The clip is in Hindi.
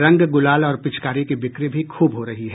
रंग गुलाल और पिचकारी की बिक्री भी खूब हो रही है